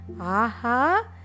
Aha